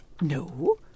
No